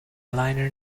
liner